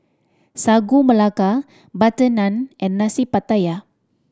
Sagu Melaka butter naan and Nasi Pattaya